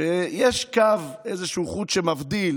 שיש קו, איזה חוט שמבדיל